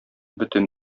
бөтен